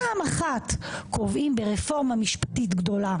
פעם אחת קובעים ברפורמה משפטית גדולה